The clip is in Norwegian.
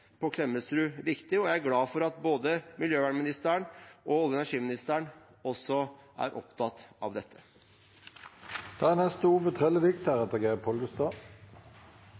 på Klemetsrud viktig, og jeg er glad for at både miljøvernministeren og olje- og energiministeren også er opptatt av dette. Petroleumsnæringa er